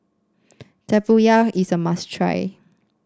tempoyak is a must try